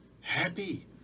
happy